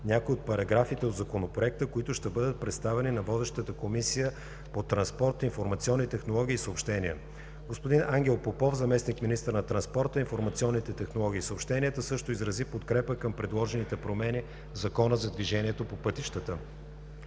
някои от параграфите от Законопроекта, които ще бъдат представени на водещата Комисия по транспорт, информационни технологии и съобщения. Господин Ангел Попов – заместник-министър на транспорта, информационните технологии и съобщенията, също изрази подкрепа към предложените промени в Закона за движението по пътищата.